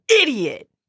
idiot